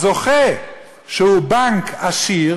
הזוכה, שהוא בנק עשיר